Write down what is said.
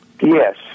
Yes